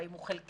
האם הוא חלקי,